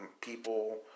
People